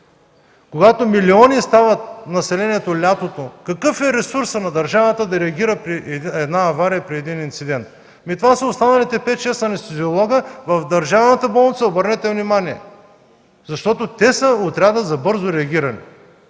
когато милиони става населението през лятото, какъв е ресурсът на държавата да реагира при една авария и един инцидент? Това са останалите пет шест анестезиолога в държавната болница, обърнете внимание! Защото те са отрядът за бързо реагиране,